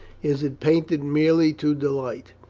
is it painted merely to delight?